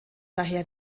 daher